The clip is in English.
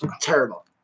terrible